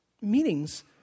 meetings